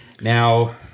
Now